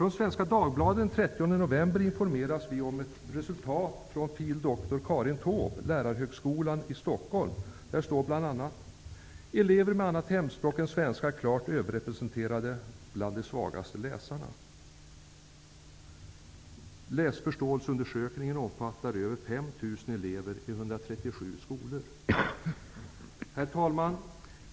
I Svenska Dagbladet den 30 november informeras vi om ett undersökningsresultat av fil.dr Karin Taube, på lärarhögskolan i Stockholm. Där står bl.a.: ''Elever med annat hemspråk än svenska är klart överrepresenterade bland de svagaste läsarna.'' Läsförståelseundersökningen omfattade över 5 000 elever i 137 skolor. Herr talman!